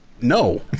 no